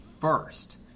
first